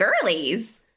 girlies